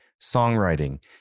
songwriting